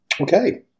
Okay